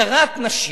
הדרת נשים.